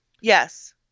Yes